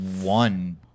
one